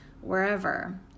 wherever